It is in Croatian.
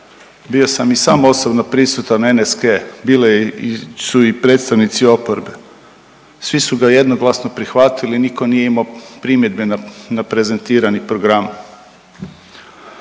Bio sam i sam osobno prisutan NSK-e bile su i predstavnici oporbe. Svi su ga jednoglasno prihvatili, nitko nije imao primjedbe na prezentirani program.